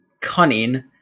cunning